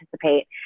participate